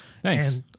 Thanks